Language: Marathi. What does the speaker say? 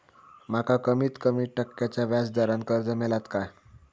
माका कमीत कमी टक्क्याच्या व्याज दरान कर्ज मेलात काय?